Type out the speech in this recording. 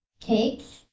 cakes